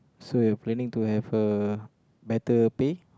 so you're planning to have a better pay